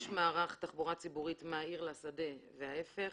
יש מערך תחבורה ציבורית מהעיר לשדה וההפך.